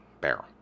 bear